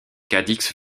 cadix